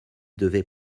devait